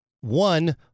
one